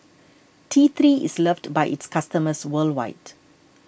T three is loved by its customers worldwide